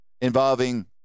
involving